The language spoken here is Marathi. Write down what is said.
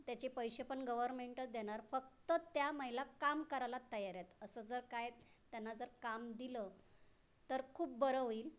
त्याचे पैसे पण गवरमेंटच देणार फक्त त्या महिला काम करायला तयार आहेत असं जर काही त्यांना जर काम दिलं तर खूप बरं होईल